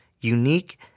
unique